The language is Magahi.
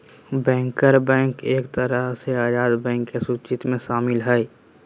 बैंकर बैंक एगो तरह से आजाद बैंक के सूची मे शामिल हय